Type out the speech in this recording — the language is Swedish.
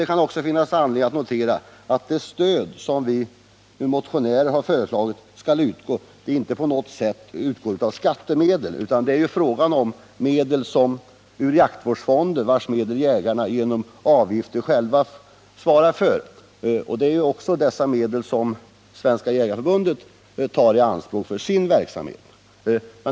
Det finns också anledning att notera att det stöd som vi motionärer föreslagit inte skall utgå av skattemedel. Det är i stället fråga om medel ur jaktvårdsfonden, som jägarna själva genom sina avgifter har byggt upp. Det är ju också dessa medel som Svenska jägareförbundet tar i anspråk för sin verksamhet.